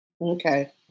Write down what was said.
okay